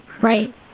Right